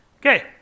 Okay